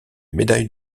médaille